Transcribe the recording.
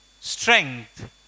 strength